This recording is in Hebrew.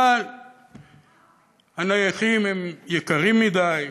אבל הנכים הם יקרים מדי,